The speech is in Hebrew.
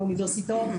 מהאוניברסיטאות.